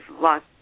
lots